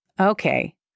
okay